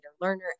learner